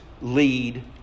lead